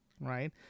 right